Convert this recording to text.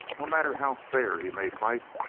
no matter how fair he may fight,